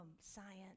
science